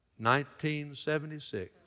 1976